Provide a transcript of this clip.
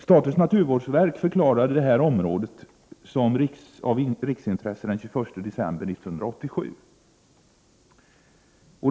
Statens naturvårdsverk förklarade den 21 december 1987 detta område vara av riksintresse.